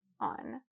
on